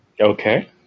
Okay